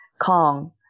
kong